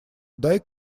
дай